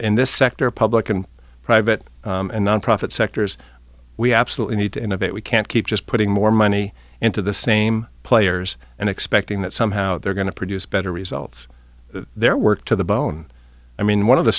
in this sector of public and private and nonprofit sectors we absolutely need to innovate we can't keep just putting more money into the same players and expecting that somehow they're going to produce better results their work to the bone i mean one of the